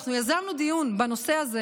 לפני כמה חודשים אנחנו יזמנו דיון בנושא הזה